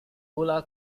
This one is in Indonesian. gula